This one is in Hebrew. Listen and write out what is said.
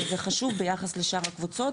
וזה חשוב ביחס לשאר הקבוצות,